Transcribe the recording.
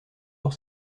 pour